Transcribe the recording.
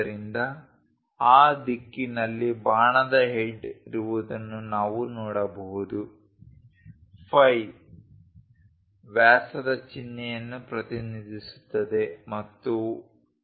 ಆದ್ದರಿಂದ ಆ ದಿಕ್ಕಿನಲ್ಲಿ ಬಾಣದ ಹೆಡ್ ಇರುವುದನ್ನು ನಾವು ನೋಡಬಹುದು ಫೈ ವ್ಯಾಸದ ಚಿಹ್ನೆಯನ್ನು ಪ್ರತಿನಿಧಿಸುತ್ತದೆ ಮತ್ತು 1